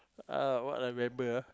oh what I remember ah